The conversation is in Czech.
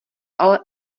ale